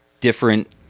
different